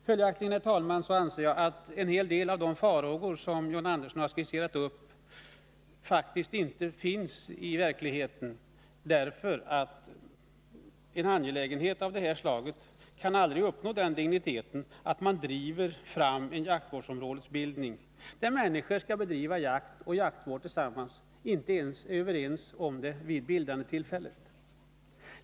Följaktligen, herr talman, anser jag att en hel del av de farhågor som John Andersson har skisserat upp faktiskt inte finns i verkligheten, därför att en angelägenhet av det här slaget kan aldrig uppnå den digniteten att man driver fram en jaktvårdsområdesbildning, där människor som skall bedriva jakt och jaktvård tillsammans inte ens är överens om det vid bildandetillfället.